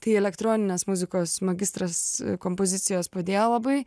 tai elektroninės muzikos magistras kompozicijos padėjo labai